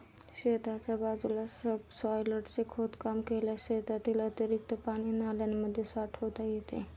शेताच्या बाजूला सबसॉयलरने खोदकाम केल्यास शेतातील अतिरिक्त पाणी नाल्यांमध्ये साठवता येते